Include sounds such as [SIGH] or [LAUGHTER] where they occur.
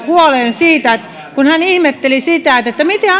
huoleen siitä kun hän ihmetteli sitä miten [UNINTELLIGIBLE]